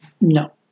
No